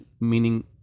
meaning